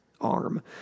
arm